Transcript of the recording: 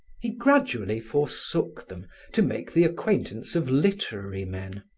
he gradually forsook them to make the acquaintance of literary men,